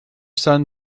son